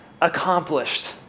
accomplished